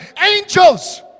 angels